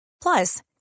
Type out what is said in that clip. Plus